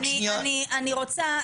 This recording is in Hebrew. אני רוצה,